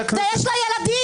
ויש לה ילדים.